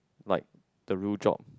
like the real job